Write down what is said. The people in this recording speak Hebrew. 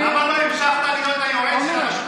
למה לא המשכת להיות היועץ של הרשות,